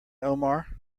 omar